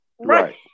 right